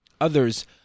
Others